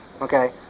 Okay